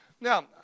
Now